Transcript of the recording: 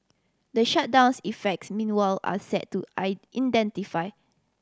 the shutdown's effects meanwhile are set to I intensify